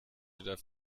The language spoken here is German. wieder